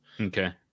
Okay